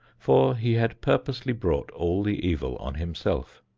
for he had purposely brought all the evil on himself.